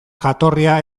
jatorria